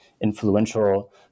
influential